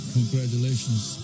Congratulations